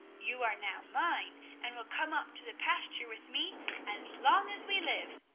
you are now mine and will come up to the pasture with me as long as we live.